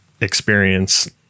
experience